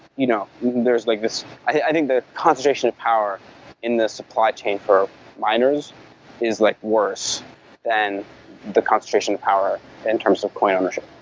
you know, there is like this i think the concentration of power in the supply chain for minors is like worse than the concentration power in terms of coin ownership.